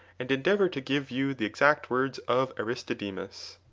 and endeavour to give you the exact words of aristodemus